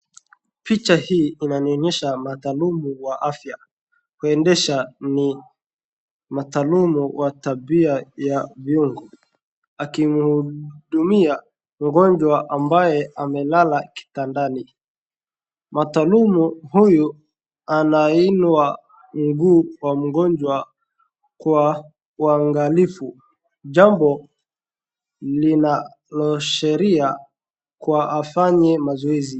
Picha hii inanionyesha madharumu wa afya kuendesha. Ni madharumu wa tabia ya viungu, akimuudimia mgonjwa ambaye amelala kitadani. Madhalumu uyu anainua mguu wa mgonjwa kwa uangalivu, jambo linaloasheria afanye mazoezi..